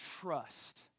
trust